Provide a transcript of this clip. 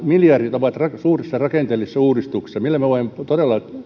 miljardit ovat suurissa rakenteellisissa uudistuksissa millä me voimme todella